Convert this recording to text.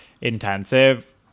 intensive